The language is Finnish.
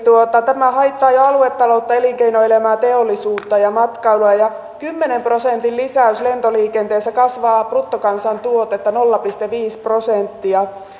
tämä haittaa jo aluetaloutta elinkeinoelämää teollisuutta ja matkailua ja kymmenen prosentin lisäys lentoliikenteessä kasvattaa bruttokansantuotetta nolla pilkku viisi prosenttia